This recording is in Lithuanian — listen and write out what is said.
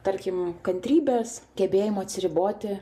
tarkim kantrybės gebėjimo atsiriboti